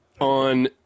On